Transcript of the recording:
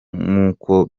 nk’uko